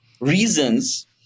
reasons